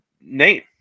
name